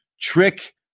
Trick